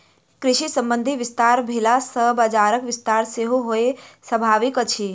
कृषि संबंधी विस्तार भेला सॅ बजारक विस्तार सेहो होयब स्वाभाविक अछि